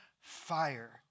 fire